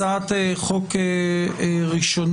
הצעת חוק ראשונה,